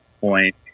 point